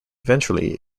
ventrally